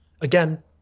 Again